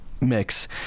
mix